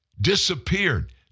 Disappeared